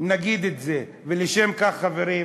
נגיד את זה, ולשם כך, חברים,